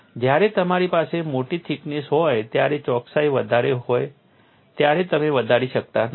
જ્યારે તમારી પાસે મોટી થિકનેસ હોય ત્યારે ચોકસાઈ વધારે હોય ત્યારે તમે વધારી શકતા નથી